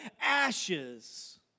Ashes